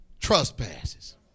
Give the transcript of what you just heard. trespasses